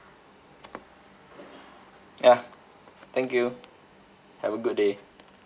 ya thank you have a good day